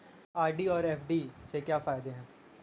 RD और FD के क्या फायदे हैं?